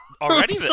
Already